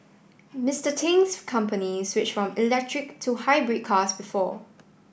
Mister Ting's company switched from electric to hybrid cars before